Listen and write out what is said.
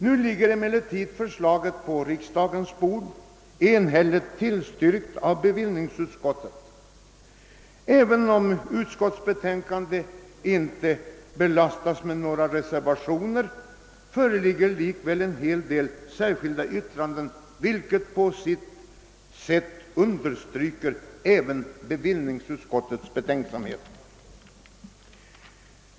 Nu ligger emellertid förslaget på riksdagens bord, enhälligt tillstyrkt av bevillningsutskottet. Utskottsbetänkandet belastas alltså inte av några reservationer, men två särskilda yttranden har avgivits, något som på sitt sätt visar att det även inom bevillningsutskottet rått tveksamhet.